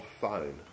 phone